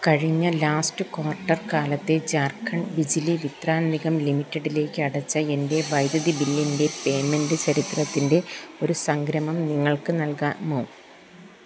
കഴിഞ്ഞ last quarter കാലത്തെ ജാർഖണ്ഡ് ബിജ്ലി വിത്രാൻ നിഗം ലിമിറ്റഡിലേയ്ക്കടച്ച എൻ്റെ വൈദ്യുതി ബില്ലിൻ്റെ പേയ്മെൻ്റ് ചരിത്രത്തിൻ്റെ ഒരു സംഗ്രമം നിങ്ങൾക്ക് നൽകാമോ